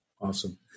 Awesome